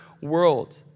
world